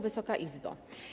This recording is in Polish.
Wysoka Izbo!